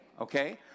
okay